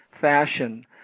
fashion